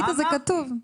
זה כתוב.